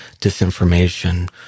disinformation